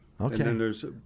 Okay